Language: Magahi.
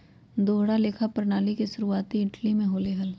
दोहरा लेखा प्रणाली के शुरुआती इटली में होले हल